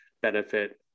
benefit